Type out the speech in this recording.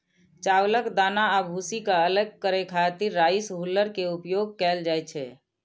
चावलक दाना आ भूसी कें अलग करै खातिर राइस हुल्लर के उपयोग कैल जाइ छै